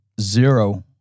zero